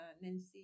Nancy